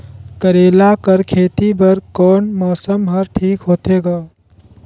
करेला कर खेती बर कोन मौसम हर ठीक होथे ग?